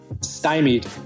stymied